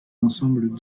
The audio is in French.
ensemble